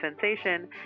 sensation